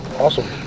awesome